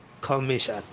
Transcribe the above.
commission